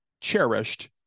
cherished